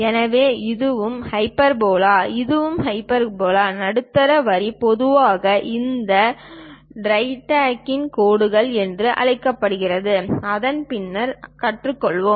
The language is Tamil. எனவே இதுவும் ஹைபர்போலா இதுவும் ஹைபர்போலா நடுத்தர வரி பொதுவாக இந்த டைரக்ட்ரிக்ஸ் கோடுகள் என்று அழைக்கிறோம் அதை பின்னர் கற்றுக்கொள்வோம்